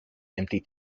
empty